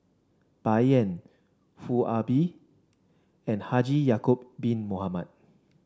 Bai Yan Foo Ah Bee and Haji Ya'acob Bin Mohamed